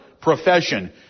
profession